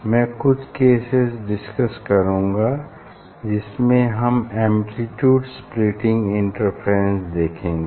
मैं कुछ cases discuss करूँगा जिनमे हम एम्प्लीट्यूड स्प्लिटिंग इंटरफेरेंस देखेंगे